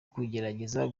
kugerageza